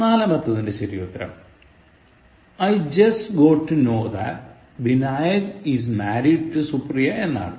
നാലാമത്തെതിൻറെ ശരിയുത്തരം I just got to know that Binayak is married to Supriya എന്നതാണ്